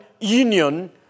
union